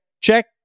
check